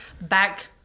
Back